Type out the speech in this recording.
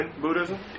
Buddhism